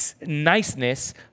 niceness